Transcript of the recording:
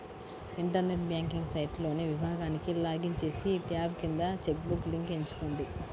internet banking సైట్లోని విభాగానికి login చేసి, ట్యాబ్ కింద చెక్ బుక్ లింక్ ఎంచుకోండి